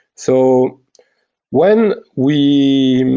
so when we